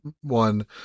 one